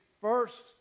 first